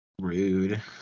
Rude